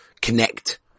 connect